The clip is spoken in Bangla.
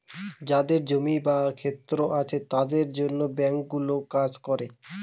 যাদের জমি বা ক্ষেত আছে তাদের জন্য ব্যাঙ্কগুলো কাজ করে